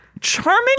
charming